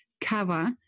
cover